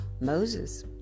Moses